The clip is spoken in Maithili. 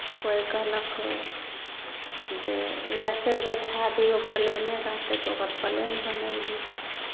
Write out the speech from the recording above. कोइ कहलक जे लैसे बैठा दियौ प्लेने रहतै तऽ ओकर प्लेन बनयली